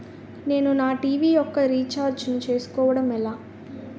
నేను నా టీ.వీ యెక్క రీఛార్జ్ ను చేసుకోవడం ఎలా?